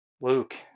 luke